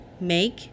make